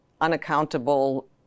unaccountable